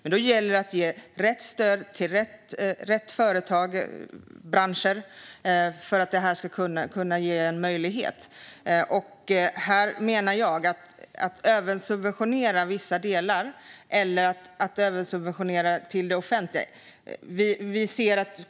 Men då gäller det att ge rätt stöd till rätt företag och branscher för att det här ska kunna ge en möjlighet. Man ska inte översubventionera vissa delar eller översubventionera det offentliga.